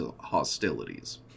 hostilities